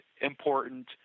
important